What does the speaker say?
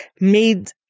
made